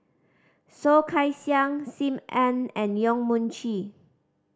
Soh Kay Siang Sim Ann and Yong Mun Chee